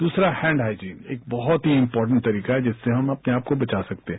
दूसरा hand hygiene एक बहुत ही इम्पोर्टेंट तरीका है जिससे हम अपने आपको बचा सकते हैं